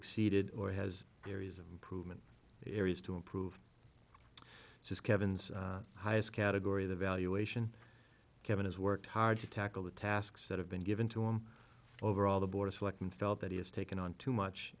exceeded or has areas of improvement areas to improve says kevin's highest category the valuation kevin has worked hard to tackle the tasks that have been given to him over all the board of selectmen felt that he has taken on too much